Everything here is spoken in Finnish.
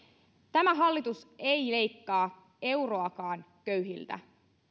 tämä hallitus ei leikkaa euroakaan köyhiltä